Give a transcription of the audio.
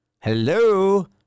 hello